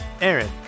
Aaron